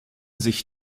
sich